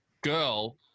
girl